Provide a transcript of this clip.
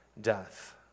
death